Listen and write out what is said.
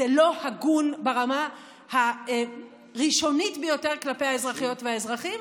זה לא הגון ברמה הראשונית ביותר כלפי האזרחיות והאזרחים,